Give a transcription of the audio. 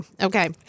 Okay